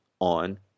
on